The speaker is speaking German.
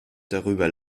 darüber